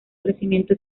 crecimiento